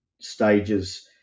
stages